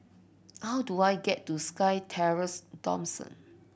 how do I get to SkyTerrace Dawson